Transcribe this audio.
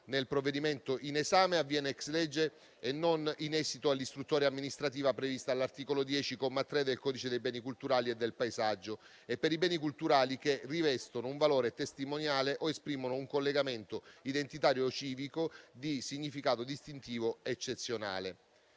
nel provvedimento in esame avviene *ex lege* e non in esito all'istruttoria amministrativa prevista all'articolo 10, comma 3, del codice dei beni culturali e del paesaggio per i beni culturali che rivestono un valore testimoniale o esprimono un collegamento identitario o civico di significato distintivo eccezionale.